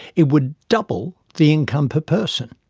it would double the income per person.